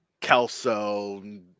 Kelso